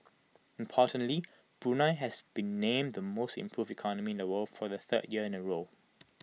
importantly Brunei has been named the most improved economy in the world for the third year in A row